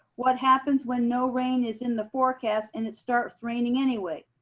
what happens when no rain is in the forecast and it starts raining anyway?